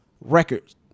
records